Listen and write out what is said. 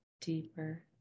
deeper